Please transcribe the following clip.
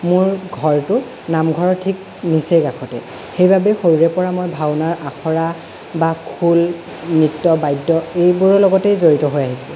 মোৰ ঘৰটো নামঘৰৰ ঠিক নিচেই কাষতে সেইবাবে সৰুৰে পৰা মই ভাওনাৰ আখৰা বা খোল নৃত্য বাদ্য এইবোৰৰ লগতেই জড়িত হৈ আহিছোঁ